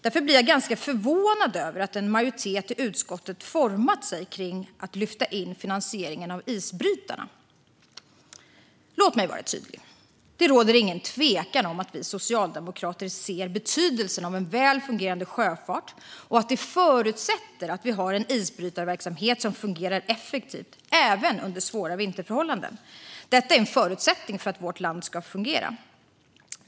Därför blir jag ganska förvånad över att en majoritet i utskottet nu har format sig kring att lyfta in finansieringen av isbrytare i detta. Låt mig vara tydlig. Det råder ingen tvekan om att vi socialdemokrater ser betydelsen av en välfungerande sjöfart och att det förutsätter att vi har en isbrytarverksamhet som fungerar effektivt även under svåra vinterförhållanden. Detta är en förutsättning för att vårt land ska fungera.